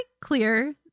clear